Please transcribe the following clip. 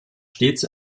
stets